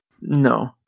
No